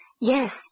Yes